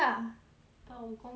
but 我功课 how